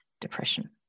depression